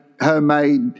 homemade